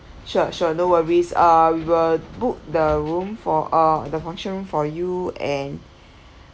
sure sure no worries uh we will book the room for uh the function room for you and